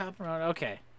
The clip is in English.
Okay